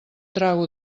trago